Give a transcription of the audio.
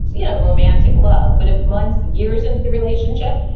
you know, romantic love. but, if months, years, into the relationship,